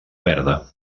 verda